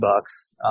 bucks